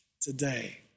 today